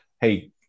Hey